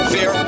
Fear